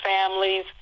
families